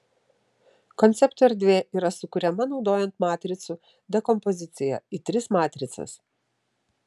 konceptų erdvė yra sukuriama naudojant matricų dekompoziciją į tris matricas